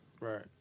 Right